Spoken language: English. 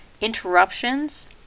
interruptions